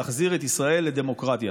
להחזיר את ישראל לדמוקרטיה.